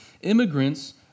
immigrants